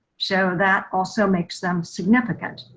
so that also makes them significant.